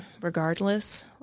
regardless